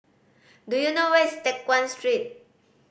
do you know where is Teck Guan Street